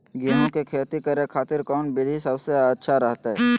गेहूं के खेती करे खातिर कौन विधि सबसे अच्छा रहतय?